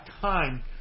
time